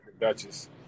Duchess